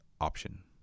option